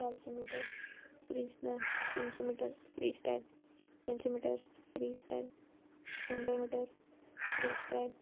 चारशें metre free style तिनशें metre free style दोनशें मिटर फ्री स्टायल शंबर मिटर फ्री स्टायल